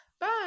Bye